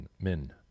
men